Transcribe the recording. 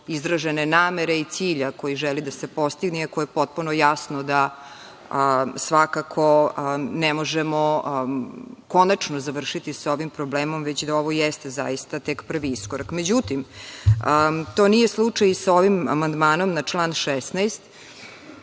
izražene namere i cilja koji želi da se postigne, iako je potpuno jasno da svakako ne možemo konačno završiti sa ovim problemom, već da ovo jeste zaista tek prvi iskorak.Međutim, to nije slučaj i sa ovim amandmanom na član 16.